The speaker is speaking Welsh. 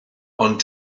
ond